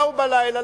באו בלילה,